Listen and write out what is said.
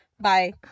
bye